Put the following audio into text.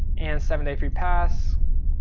and seven day free pass.